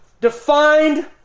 defined